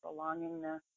belongingness